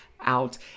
out